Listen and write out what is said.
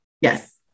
Yes